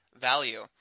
Value